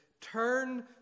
Turn